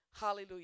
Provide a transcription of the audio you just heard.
hallelujah